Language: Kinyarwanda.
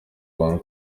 abantu